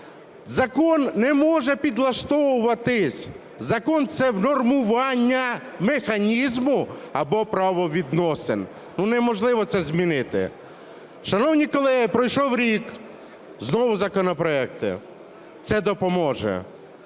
Закон не може підлаштовуватися, закон – це внормування механізму або правовідносин. Ну неможливо це змінити. Шановні колеги, пройшов рік, знову законопроекти, це допоможе.